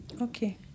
Okay